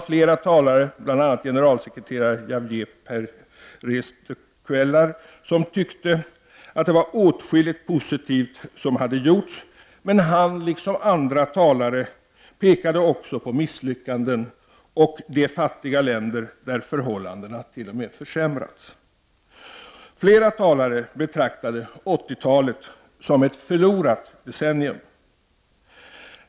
Flera talare, bl.a. generalsekreterare Javier Pérez de Cuellar, tyckte att åtskilligt positivt hade gjorts. Men han, liksom andra talare, pekade också på misslyckanden och de fattiga länder där förhållandena t.o.m. försämrats. Flera talare betraktade 80-talet som ett förlorat decennium.